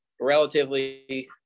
relatively –